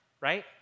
right